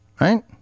right